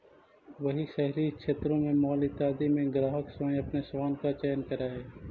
वहीं शहरी क्षेत्रों में मॉल इत्यादि में ग्राहक स्वयं अपने सामान का चयन करअ हई